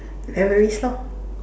memories lor